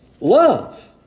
love